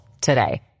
today